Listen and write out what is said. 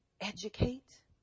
educate